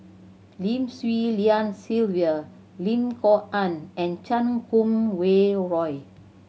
Lim Swee Lian Sylvia Lim Kok Ann and Chan Kum Wah Roy